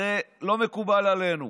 זה לא מקובל עלינו.